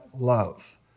Love